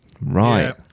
right